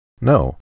No